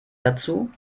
dazu